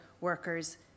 workers